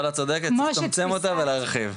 אבל את צודקת צריך לצמצם אותה ולהרחיב.